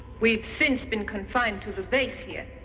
we've since been confined to the base here.